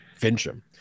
Fincham